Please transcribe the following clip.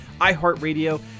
iHeartRadio